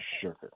sugar